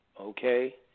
Okay